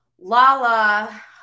Lala